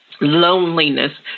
Loneliness